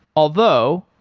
although,